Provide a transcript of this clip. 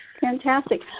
Fantastic